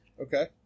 Okay